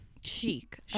chic